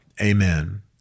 amen